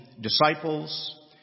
disciples